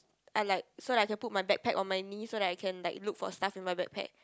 I like so like I can put my bag pack on my knee so that I can like look for stuff in my bag pack